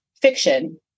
fiction